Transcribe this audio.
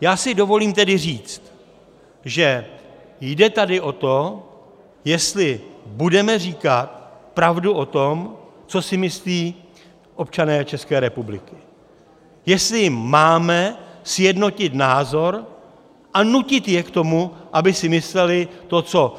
Já si dovolím tedy říct, že tady jde o to, jestli budeme říkat pravdu o tom, co si myslí občané České republiky, jestli máme sjednotit názor a nutit je k tomu, aby si mysleli to, co